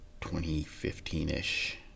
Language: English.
2015-ish